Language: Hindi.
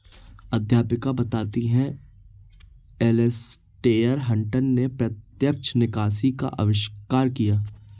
अध्यापिका बताती हैं एलेसटेयर हटंन ने प्रत्यक्ष निकासी का अविष्कार किया